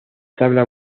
tabla